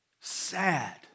sad